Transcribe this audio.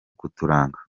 kuturanga